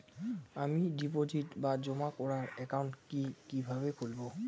আমি ডিপোজিট বা জমা করার একাউন্ট কি কিভাবে খুলবো?